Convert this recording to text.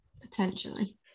potentially